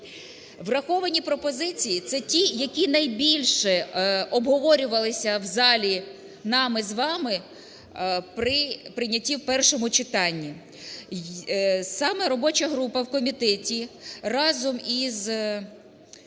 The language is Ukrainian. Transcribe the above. Враховані пропозиції це ті, які найбільше обговорювалися в залі нами з вами при прийнятті в першому читанні. Саме робоча група в комітеті разом із